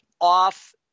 off